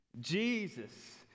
jesus